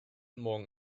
morgen